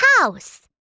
house